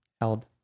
held